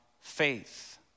faith